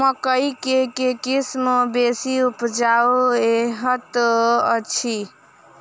मकई केँ के किसिम बेसी उपजाउ हएत अछि?